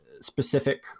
specific